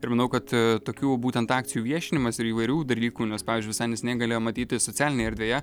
ir manau kad tokių būtent akcijų viešinimas ir įvairių dalykų nes pavyzdžiui visai neseniai galėjom matyti socialinėj erdvėje